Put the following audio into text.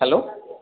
hello